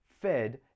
fed